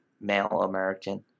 male-American